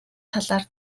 талаар